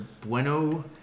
Bueno